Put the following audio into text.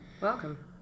Welcome